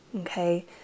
Okay